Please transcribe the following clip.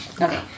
Okay